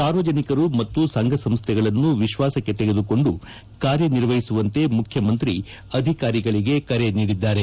ಸಾರ್ವಜನಿಕರು ಮತ್ತು ಸಂಘಸಂಸ್ಥೆಗಳನ್ನು ವಿಶ್ವಾಸಕ್ಕೆ ತೆಗೆದುಕೊಂದು ಕಾರ್ಯನಿರ್ವಹಿಸುವಂತೆ ಮುಖ್ಯಮಂತ್ರಿ ಕರೆ ನೀಡಿದ್ದಾರೆ